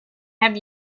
have